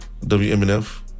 WMNF